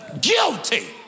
Guilty